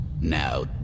now